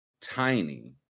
tiny